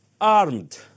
armed